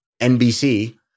NBC